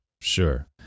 sure